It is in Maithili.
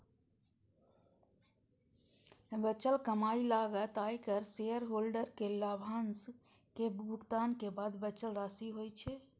बचल कमाइ लागत, आयकर, शेयरहोल्डर कें लाभांशक भुगतान के बाद बचल राशि होइ छै